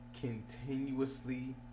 Continuously